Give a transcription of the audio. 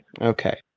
Okay